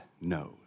knows